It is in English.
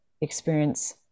experience